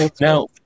now